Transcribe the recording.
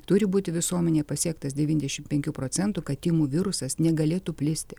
turi būti visuomenėje pasiektas devyniasdešim penkių procentų kad tymų virusas negalėtų plisti